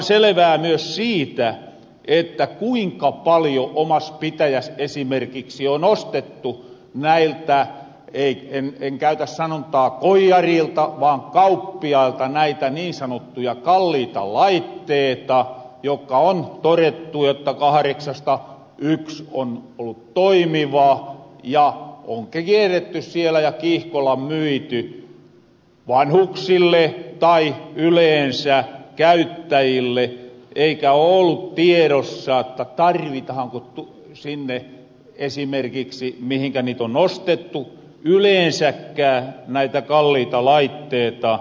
otinpahan selvää myös siitä kuinka paljo omas pitäjäs esimerkiksi on ostettu näiltä ei en käytä sanontaa koijarilta vaan kauppiailta näitä niin sanottuja kalliita laitteeta jokka on torettu että kahreksasta yks on ollu toimiva ja onki kierretty siellä ja kiihkolla myity vanhuksille tai yleensä käyttäjille eikä oo ollu tiedossa tarvitahanko sinne esimerkiksi mihinkä niit on ostettu yleensäkkään näitä kalliita laitteeta